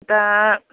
दा